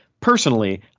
personally